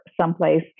someplace